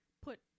put